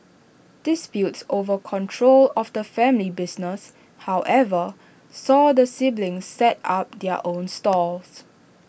disputes over control of the family business however saw the siblings set up their own stalls